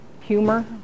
humor